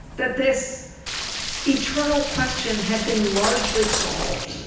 that this eternal question had been largely solved.